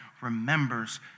remembers